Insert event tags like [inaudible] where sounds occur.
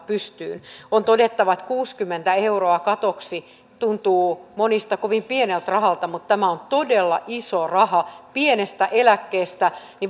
[unintelligible] pystyyn on todettava että kuusikymmentä euroa katoksi tuntuu monista kovin pieneltä rahalta mutta tämä on todella iso raha pienestä eläkkeestä miten